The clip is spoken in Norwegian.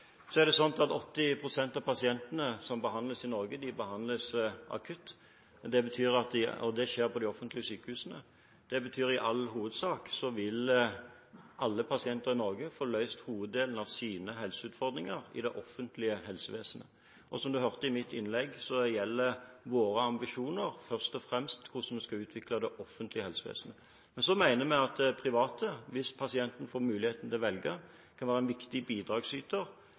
Så er det sånn at 80 pst. av pasientene som behandles i Norge, behandles akutt, og det skjer på de offentlige sykehusene. Det betyr at i all hovedsak vil alle pasienter i Norge få løst hoveddelen av sine helseutfordringer i det offentlige helsevesenet. Som representanten hørte i mitt innlegg, gjelder våre ambisjoner først og fremst hvordan vi skal utvikle det offentlige helsevesenet. Men så mener vi at private, hvis pasienten får muligheten til å velge, kan være en viktig bidragsyter